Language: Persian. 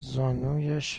زانویش